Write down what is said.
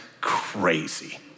crazy